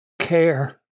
care